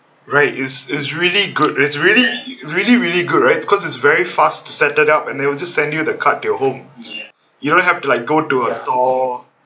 right is is really good it's really really really good right because it's very fast to set it up and they will just send you the card to your home you don't have to like go to a store